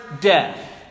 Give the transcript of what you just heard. death